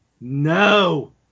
No